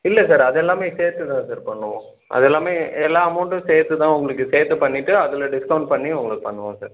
இல்லை சார் அதெல்லாமே சேர்த்து தான் சார் பண்ணுவோம் அதெல்லாமே எல்லா அமௌண்ட்டும் சேர்த்து தான் உங்களுக்கு சேர்த்து பண்ணிவிட்டு அதில் டிஸ்கவுண்ட் பண்ணி உங்களுக்கு பண்ணுவோம் சார்